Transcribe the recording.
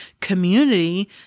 community